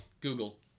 Google